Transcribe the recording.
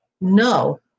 No